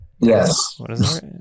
Yes